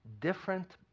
different